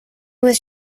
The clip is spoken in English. was